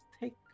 take